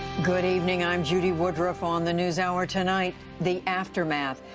good evening. i'm judy woodruff. on the newshour tonight the aftermath.